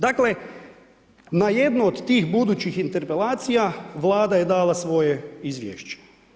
Dakle na jednu od tih budućih interpelacija Vlada je dala svoje izvješće.